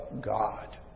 God